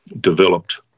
developed